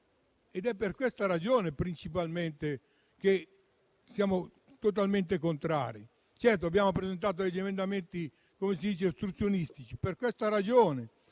è per questa ragione principalmente che siamo totalmente contrari. Certo, abbiamo presentato emendamenti ostruzionistici per questa ragione: